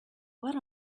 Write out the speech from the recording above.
what